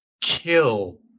kill